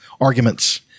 arguments